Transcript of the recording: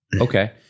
Okay